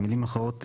במילים אחרות,